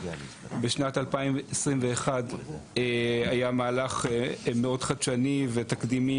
בשנת 2021 היה מהלך מאוד חדשני ותקדימי